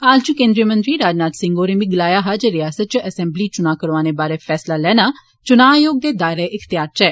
हाल च केन्द्रीय मंत्री राजनाथ सिंह होरें बी गलाया हा जे रिआसता च असैंबली चुनाएं करोआने बारे फैंसला लैना चुनां आयोग दे दायरा इख्तेयार च ऐ